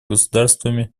государствами